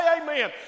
amen